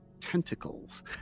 tentacles